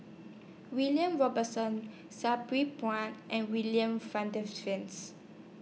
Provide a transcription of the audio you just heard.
William Robinson Sabri Buang and William